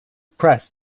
press